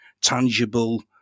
tangible